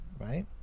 right